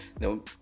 No